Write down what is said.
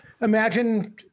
imagine